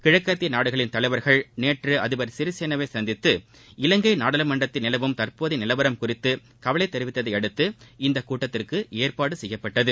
கிழக்கத்திய நாடுகளின் தலைவர்கள் நேற்று அதிபர் சிறிசேனாவை சந்தித்து இலங்கை நாடாளுமன்றத்தில் நிலவும் தற்போதைய நிலவரம் குறித்து கவலை தெரிவித்ததையடுத்து இந்த கூட்டத்திற்கு ஏற்பாடு செய்யப்பட்டது